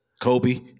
Kobe